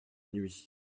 nuit